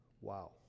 Wow